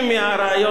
אתה ממליץ,